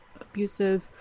abusive